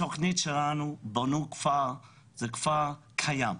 בתכנית שלנו בנו כפר, והוא קיים.